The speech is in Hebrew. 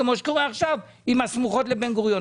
כמו שקורה עכשיו עם היישובים הסמוכים לשדה התעופה בן גוריון.